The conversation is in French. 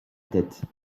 tête